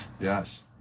Yes